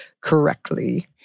correctly